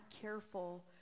careful